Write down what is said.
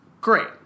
great